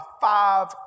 five